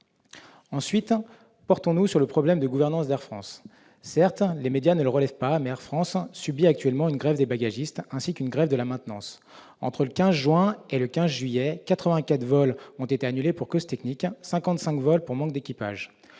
votre attention sur le problème de gouvernance d'Air France. Certes, les médias ne le relaient pas l'information, mais Air France subit actuellement une grève des bagagistes, ainsi qu'une grève de la maintenance. Entre le 15 juin et le 15 juillet dernier, quelque 84 vols ont été annulés pour cause technique et 55 vols pour manque d'équipage.